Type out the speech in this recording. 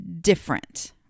different